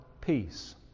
peace